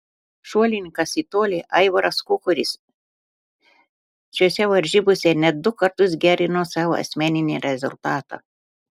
šuolininkas į tolį aivaras kukoris šiose varžybose net du kartus gerino savo asmeninį rezultatą